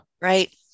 Right